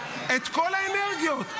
כל האנרגיות.